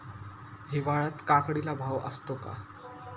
हिवाळ्यात काकडीला भाव असतो का?